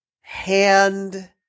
hand